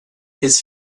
his